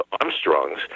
armstrongs